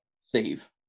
save